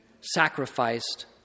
sacrificed